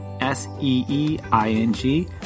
S-E-E-I-N-G